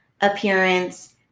appearance